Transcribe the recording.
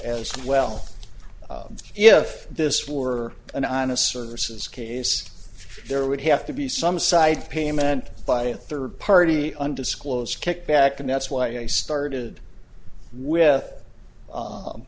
as well if this were an honest services case there would have to be some side payment by a third party undisclosed kickback and that's why i started with